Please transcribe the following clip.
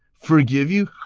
forgive you! ha,